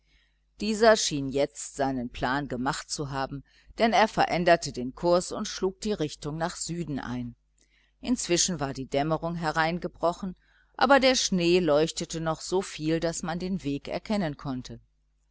dieser schien jetzt seinen plan gemacht zu haben denn er veränderte den kurs und schlug die richtung nach süden ein inzwischen war die dämmerung hereingebrochen aber der schnee leuchtete doch noch so viel daß man den weg erkennen konnte